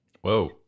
Whoa